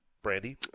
Brandy